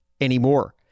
anymore